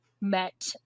met